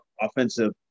offensive